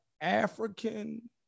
African